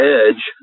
edge